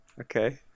okay